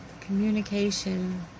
communication